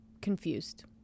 confused